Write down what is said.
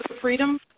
freedom